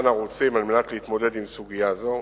ערוצים על מנת להתמודד עם סוגיה זו: